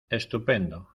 estupendo